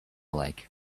lake